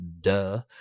Duh